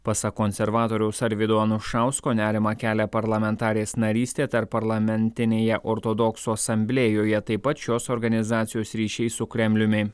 pasak konservatoriaus arvydo anušausko nerimą kelia parlamentarės narystė tarpparlamentinėje ortodoksų asamblėjoje taip pat šios organizacijos ryšiai su kremliumi